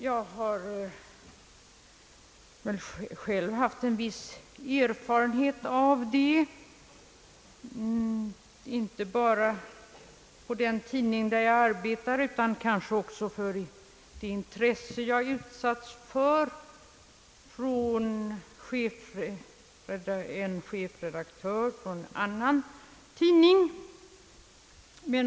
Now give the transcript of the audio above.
Jag har själv haft en viss erfarenhet av det, inte bara på den tidning där jag arbetar, utan kanske också genom det intresse jag utsatts för från en chefredaktör på en annan tidning.